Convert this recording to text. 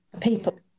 people